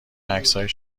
عکسهای